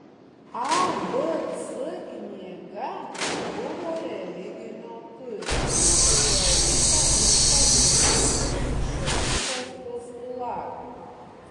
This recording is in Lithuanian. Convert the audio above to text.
abc knyga buvo religinio turinio sudaryta iš pagrindinių krikščionybės postulatų